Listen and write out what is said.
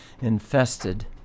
infested